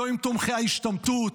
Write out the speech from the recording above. לא עם תומכי ההשתמטות,